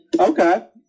Okay